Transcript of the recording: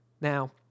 Now